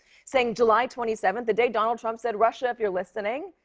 saying july twenty seventh, the day donald trump said, russia, if you're listening,